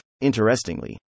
Interestingly